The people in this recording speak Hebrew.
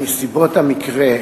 נסיבות המקרה,